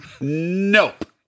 nope